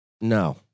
No